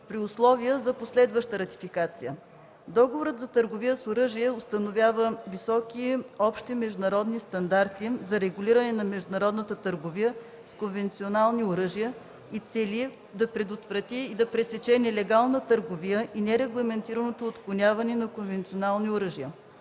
при условие за последваща ратификация. Договорът за търговията с оръжие установява високи общи международни стандарти за регулиране на международната търговия с конвенционални оръжия и цели да предотврати и да пресече нелегалната търговия и нерегламентираното отклоняване на конвенционални оръжия.